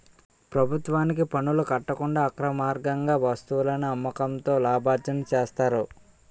ప్రభుత్వానికి పనులు కట్టకుండా అక్రమార్గంగా వస్తువులను అమ్మకంతో లాభార్జన చేస్తారు